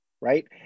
Right